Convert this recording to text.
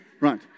Right